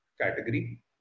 category